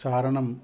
चारणं